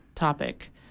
topic